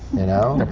you know?